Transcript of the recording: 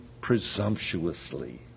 presumptuously